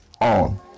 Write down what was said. on